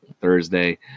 Thursday